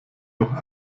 doch